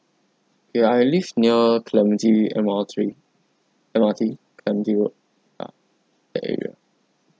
ya I live near clementi M_R_T M_R_T clementi road ah that area